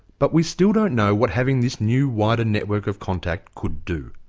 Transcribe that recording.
but we still don't know what having this new wider network of contacts could do.